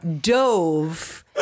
dove